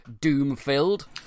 doom-filled